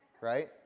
Right